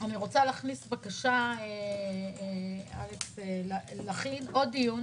אני מבקשת לזמן עוד דיון,